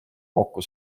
kokku